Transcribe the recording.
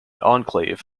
enclave